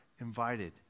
invited